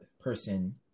person